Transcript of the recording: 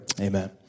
amen